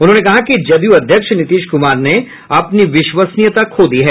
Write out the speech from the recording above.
उन्होंने कहा कि जदयू अध्यक्ष नीतीश कुमार ने अपनी विश्वसनीयता खो दी है